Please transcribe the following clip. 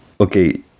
Okay